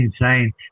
insane